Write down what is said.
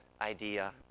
idea